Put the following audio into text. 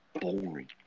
boring